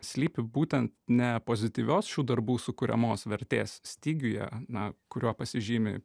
slypi būtent ne pozityvios šių darbų sukuriamos vertės stygiuje na kuriuo pasižymi